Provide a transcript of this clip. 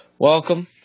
Welcome